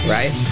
Right